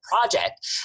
project